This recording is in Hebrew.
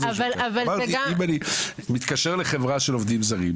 אמרתי אם אני מתקשר לחברה של עובדים זרים,